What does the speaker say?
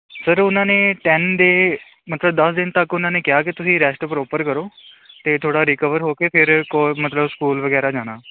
sir ਉਹਨਾਂ ਨੇ ten day ਮਤਲਬ ਦਸ ਦਿਨ ਤੱਕ ਉਹਨਾਂ ਨੇ ਕਿਹਾ ਕਿ ਤੁਸੀਂ ਰੈਸਟ ਪ੍ਰੋਪਰ ਕਰੋ ਅਤੇ ਥੋੜ੍ਹਾ ਰਿਕਵਰ ਹੋ ਕੇ ਫਿਰ ਕੋ ਮਤਲਬ ਸਕੂਲ ਵਗੈਰਾ ਜਾਣਾ